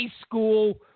school